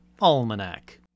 Almanac